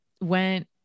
went